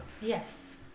Yes